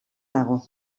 dago